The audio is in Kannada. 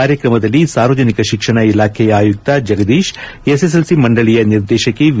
ಕಾರ್ಯಕ್ರಮದಲ್ಲಿ ಸಾರ್ವಜನಿಕ ಶಿಕ್ಷಣ ಇಲಾಖೆಯ ಆಯುಕ್ತ ಜಗದೀಶ್ ಎಸ್ಎಸ್ಎಲ್ಸಿ ಮಂಡಳಿಯ ನಿರ್ದೇಶಕಿ ವಿ